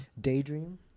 daydream